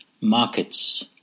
Markets